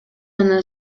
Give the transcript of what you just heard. аны